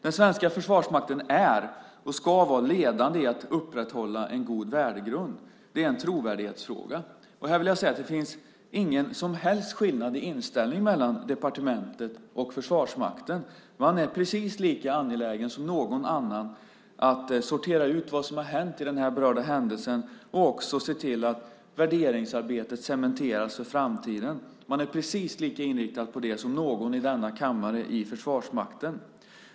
Den svenska Försvarsmakten är, och ska vara, ledande i att upprätthålla en god värdegrund. Det är en trovärdighetsfråga. Här vill jag säga att det finns ingen som helst skillnad i inställning mellan departementet och Försvarsmakten. Man är precis lika angelägen som någon annan att sortera ut vad som har hänt i den berörda händelsen och också se till att värderingsarbetet cementeras för framtiden. Försvarsmakten är precis lika inriktad på det som någon i denna kammare.